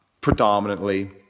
predominantly